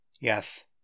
Yes